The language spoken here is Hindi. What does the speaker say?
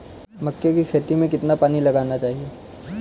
मक्के की खेती में कितना पानी लगाना चाहिए?